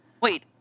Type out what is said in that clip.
Wait